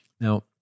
Now